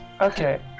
Okay